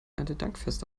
erntedankfest